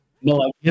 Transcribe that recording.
No